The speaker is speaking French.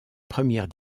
première